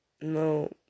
No